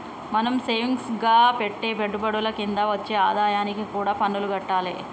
మనం సేవింగ్స్ గా పెట్టే పెట్టుబడుల కింద వచ్చే ఆదాయానికి కూడా పన్నులు గట్టాలే